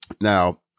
Now